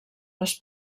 les